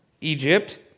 Egypt